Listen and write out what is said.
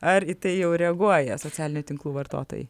ar į tai jau reaguoja socialinių tinklų vartotojai